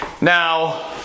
Now